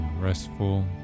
Restful